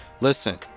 listen